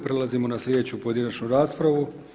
Prelazimo na sljedeću pojedinačnu raspravu.